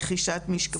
רכישת משקפיים.